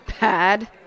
Bad